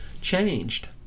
changed